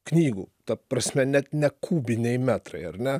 knygų ta prasme net ne kubiniai metrai ar ne